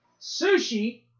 Sushi